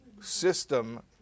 system